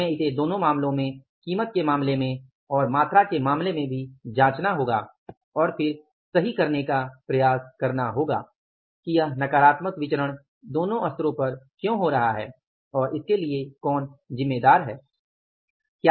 हमें इसे दोनों मामलों में कीमत के मामले में और मात्रा के मामले में भी जांचना होगा और फिर सही करने का प्रयास करना होगा कि यह नकारात्मक विचरण दोनों स्तरों पर क्यों हो रहा है और इसके लिए कौन जिम्मेदार है